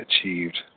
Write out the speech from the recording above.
achieved